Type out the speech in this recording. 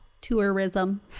tourism